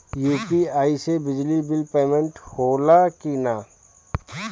UPI से बिजली bill payment होला कि न?